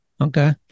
Okay